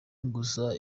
gusa